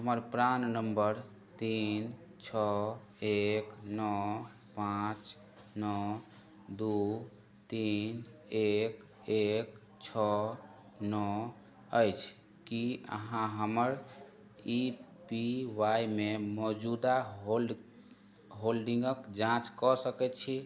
हमर प्राण नम्बर तीन छओ एक नओ पाँच नओ दुइ तीन एक एक छओ नओ अछि कि अहाँ हमर ई पी वाइ मे मौजूदा होल्ड होल्डिन्गके जाँच कऽ सकै छी